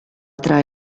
tra